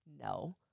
No